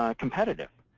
ah competitive.